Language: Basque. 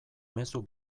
mezu